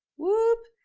whoop.